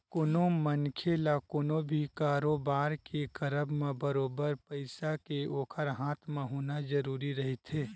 कोनो मनखे ल कोनो भी कारोबार के करब म बरोबर पइसा के ओखर हाथ म होना जरुरी रहिथे